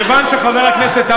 כיוון שחבר הכנסת אבו עראר,